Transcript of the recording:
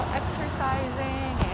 exercising